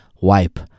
Wipe